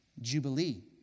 Jubilee